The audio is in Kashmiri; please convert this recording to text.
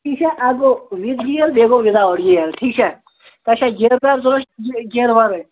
ٹھیٖک چھا اَکھ گوٚو وِد گیر بیٚیہِ گوٚو وِد آوُٹ گیر ٹھیٖک چھا تۄہہِ چھا گیر دار ضروٗرت کِنہٕ گیر وَرٲے